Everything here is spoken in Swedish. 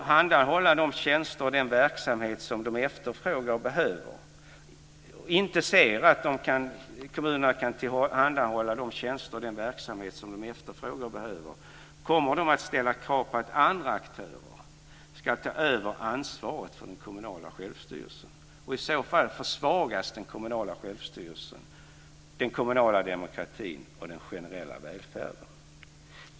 I så fall försvagas den kommunala självstyrelsen, den kommunala demokratin och den generella välfärden.